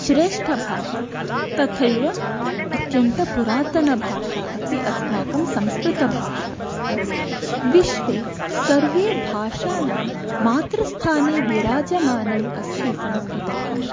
श्रेष्ठभाषा तथैव अत्यन्तपुरातनभाषा अपि अस्माकं संस्कृतभाषा अस्ति विश्वे सर्वे भाषाणां मातृस्थाने विराजमानम् अस्ति संस्कृतभाषा